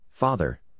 Father